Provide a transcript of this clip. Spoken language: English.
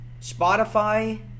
Spotify